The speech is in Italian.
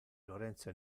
lorenzo